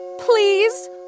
Please